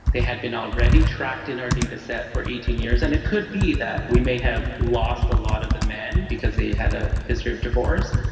they had been already tracked in our dataset for eighteen years. and it could be that we may have lost a lot of the men because they had a history of divorce,